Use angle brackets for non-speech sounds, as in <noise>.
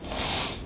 <breath>